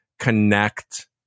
connect